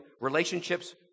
relationships